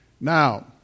Now